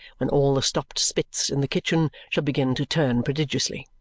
when all the stopped spits in the kitchen shall begin to turn prodigiously!